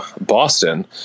Boston